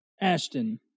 Ashton